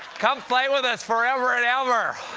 come play with us. forever and ever.